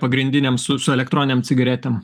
pagrindiniam su su elektroninėm cigaretėm